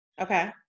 Okay